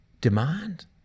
demand